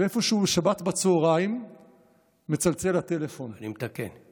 ואיפשהו בשבת בצוהריים מצלצל הטלפון, אני מתקן: